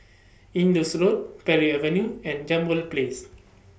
Indus Road Parry Avenue and Jambol Place